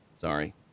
Sorry